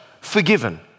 forgiven